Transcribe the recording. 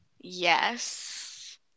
yes